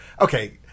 Okay